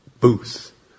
booth